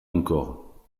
encore